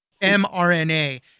mRNA